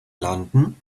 london